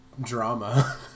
drama